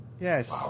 Yes